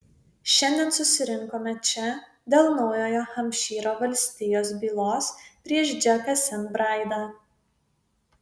šiandien susirinkome čia dėl naujojo hampšyro valstijos bylos prieš džeką sent braidą